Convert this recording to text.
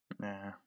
Nah